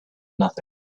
nothing